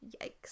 Yikes